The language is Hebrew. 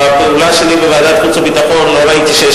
בפעולה שלי בוועדת החוץ והביטחון לא ראיתי שיש